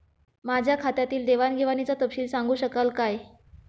माझ्या खात्यातील देवाणघेवाणीचा तपशील सांगू शकाल काय?